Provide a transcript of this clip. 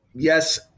Yes